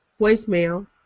voicemail